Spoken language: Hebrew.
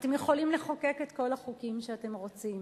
אתם יכולים לחוקק את כל החוקים שאתם רוצים,